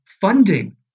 funding